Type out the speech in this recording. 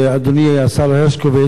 אדוני השר הרשקוביץ,